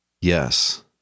Yes